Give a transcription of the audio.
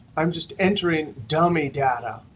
i'm just entering dummy data.